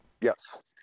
Yes